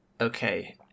Okay